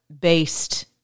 based